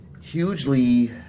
hugely